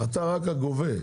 אתה רק הגובה.